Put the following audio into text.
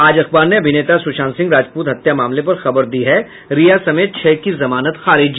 आज अखबार ने अभिनेता सुशांत सिंह राजपूत हत्या मामले पर खबर दी है रिया समेत छह की जमानत खारिज